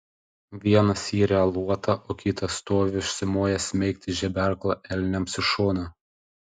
vienas iria luotą o kitas stovi užsimojęs smeigti žeberklą elniams į šoną